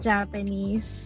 Japanese